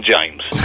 James